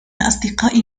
الأصدقاء